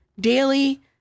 daily